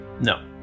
No